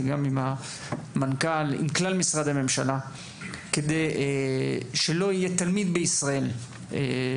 גם עם המנכ"ל ועם כלל משרדי הממשלה כדי שלא יהיה תלמיד בישראל שרוצה